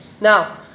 Now